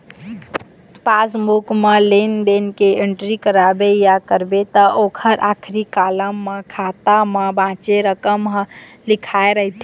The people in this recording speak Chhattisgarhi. पासबूक म लेन देन के एंटरी कराबे या करबे त ओखर आखरी कालम म खाता म बाचे रकम ह लिखाए रहिथे